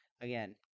again